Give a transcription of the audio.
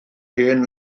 hen